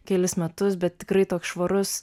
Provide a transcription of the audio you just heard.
kelis metus bet tikrai toks švarus